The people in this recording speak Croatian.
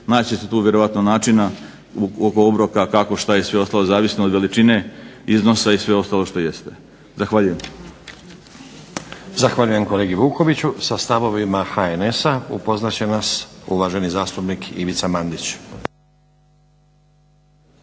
Naći će se tu vjerojatno načina oko obroka kako šta i sve ostalo zavisno od veličine iznosa i sve ostalo što jeste. Zahvaljujem. **Stazić, Nenad (SDP)** Zahvaljujem kolegi Vukoviću. Sa stavovima HNS-a upoznat će nas uvaženi zastupnik Ivica Mandić.